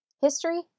History